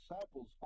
disciples